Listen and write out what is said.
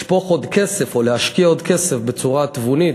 לשפוך עוד כסף או להשקיע עוד כסף בצורה תבונית,